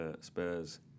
Spurs